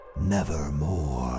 Nevermore